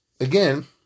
again